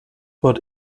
but